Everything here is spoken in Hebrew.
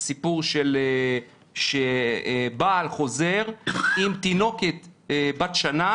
סיפור של בעל שחוזר עם תינוקת בת שנה